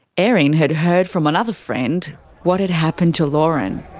erin had heard from another friend what had happened to lauren.